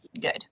good